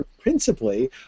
principally